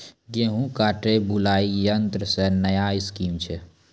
गेहूँ काटे बुलाई यंत्र से नया स्कीम छ?